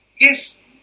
Yes